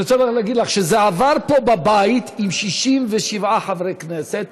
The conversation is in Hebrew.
אני רוצה להגיד לך שזה עבר פה בבית עם 67 חברי כנסת,